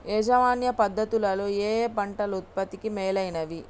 యాజమాన్య పద్ధతు లలో ఏయే పంటలు ఉత్పత్తికి మేలైనవి?